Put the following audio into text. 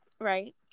right